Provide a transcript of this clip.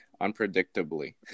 unpredictably